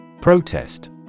Protest